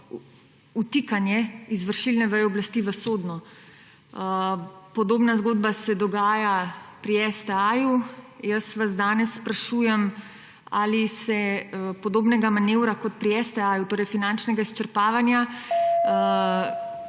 vtikanje izvršilne veje oblasti v sodno. Podobna zgodba se dogaja pri STA. Jaz vas danes sprašujem: Ali se podobnega manevra kot pri STA, torej finančnega izčrpavanja,